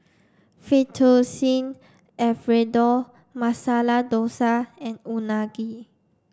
Fettuccine Alfredo Masala Dosa and Unagi